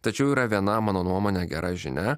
tačiau yra viena mano nuomone gera žinia